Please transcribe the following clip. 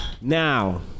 Now